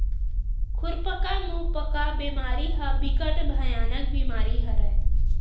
खुरपका मुंहपका बेमारी ह बिकट भयानक बेमारी हरय